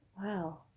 wow